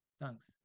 Thanks